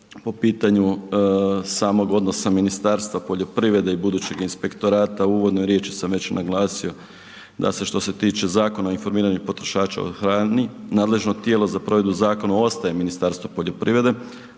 po pitanju samog odnosa Ministarstva poljoprivrede i budućeg inspektorata, u uvodnoj riječi sam već naglasio da se što se tiče Zakona o informiranju potrošača o hrani nadležno tijelo za provedbu zakona ostaje Ministarstvo poljoprivrede,